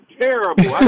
terrible